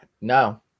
No